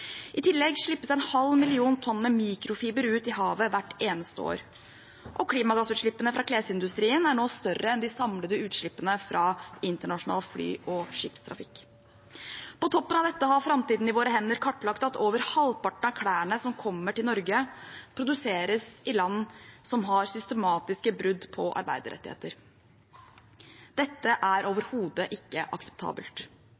I tillegg slippes en halv million tonn med mikrofiber ut i havet hvert eneste år. Og klimagassutslippene fra klesindustrien er nå større enn de samlede utslippene fra internasjonal fly og skipstrafikk. På toppen av dette har Framtiden i våre hender kartlagt at over halvparten av klærne som kommer til Norge, produseres i land som har systematiske brudd på arbeiderrettigheter. Dette er